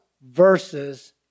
verses